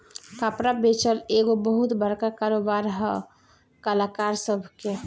कपड़ा बेचल एगो बहुते बड़का कारोबार है कलाकार सभ के